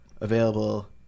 available